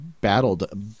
battled